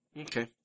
Okay